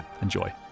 Enjoy